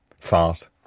fart